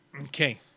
Okay